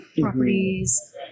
properties